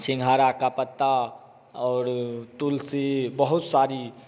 सिंघाड़ा का पत्ता और तुलसी बहुत सारी